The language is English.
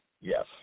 yes